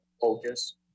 focus